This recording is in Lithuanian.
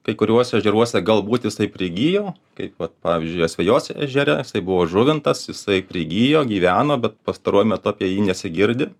kai kuriuose ežeruose galbūt jisai prigijo kaip vat pavyzdžiui asvejos ežere buvo žuvintas jisai prigijo gyveno bet pastaruoju metu apie jį nesigirdi